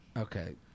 Okay